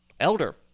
Elder